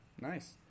nice